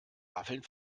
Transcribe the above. waffeln